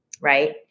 right